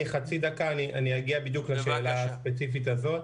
תן לי חצי דקה ואגיע בדיוק לשאלה הספציפית הזאת.